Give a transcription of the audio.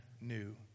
new